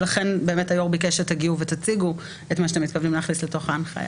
ולכן היו"ר ביקש שתגיעו ותציגו את מה שאתם מתכוונים להכניס לתוך ההנחיה.